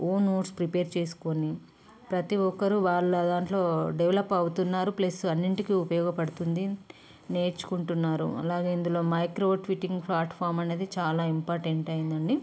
own notes prepare చేసుకుని ప్రతి ఒక్కరూ వాళ్ళ దాంట్లో డెవలప్ అవుతున్నారు ప్లస్సు అన్నిటికీ ఉపయోగపడుతుంది నేర్చుకుంటున్నారు అలాగే ఇందులో మైక్రో ట్వీటింగ్ ప్లాట్ఫామ్ అనేది చాలా ఇంపార్టెంట్ అయ్యిందండి